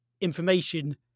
information